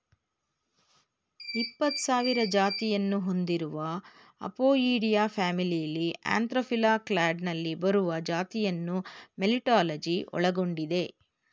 ಇಪ್ಪತ್ಸಾವಿರ ಜಾತಿಯನ್ನು ಹೊಂದಿರುವ ಅಪೊಯಿಡಿಯಾ ಫ್ಯಾಮಿಲಿಲಿ ಆಂಥೋಫಿಲಾ ಕ್ಲಾಡ್ನಲ್ಲಿ ಬರುವ ಜಾತಿಯನ್ನು ಮೆಲಿಟಾಲಜಿ ಒಳಗೊಂಡಿದೆ